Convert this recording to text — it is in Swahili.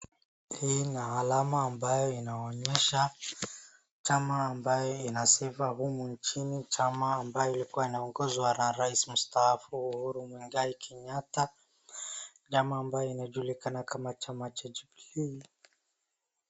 Hii ni alama ambayo inaonyesha chama ambayo ina sifa humu nchini. Chama ambayo ilikuwa inaongozwa na rais mstaafu Uhuru Muigai Kenyatta. Chama ambaye inajulikana kama chama cha Jubilee.